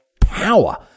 power